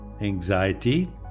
anxiety